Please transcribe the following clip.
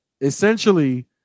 essentially